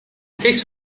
his